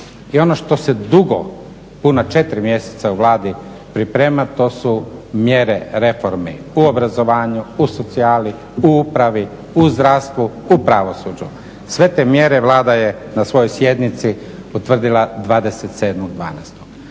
I ono što se dugo, puna četiri mjeseca u Vladi priprema to su mjere reformi u obrazovanju, u socijali, u upravi, u zdravstvu, u pravosuđu. Sve te mjere Vlada je na svojoj sjednici utvrdila 27.12.